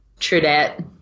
Trudette